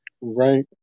right